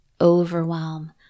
overwhelm